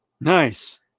Nice